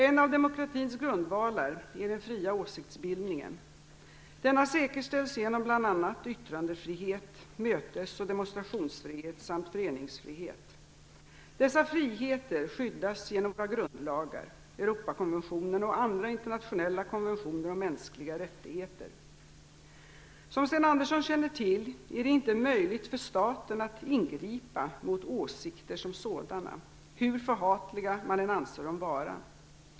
En av demokratins grundvalar är den fria åsiktsbildningen. Denna säkerställs genom bl.a. yttrandefrihet, mötes och demonstrationsfrihet samt föreningsfrihet. Dessa friheter skyddas genom våra grundlagar, Som Sten Andersson känner till är det inte möjligt för staten att ingripa mot åsikter som sådana, hur förhatliga man än anser de vara.